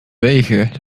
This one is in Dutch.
wegen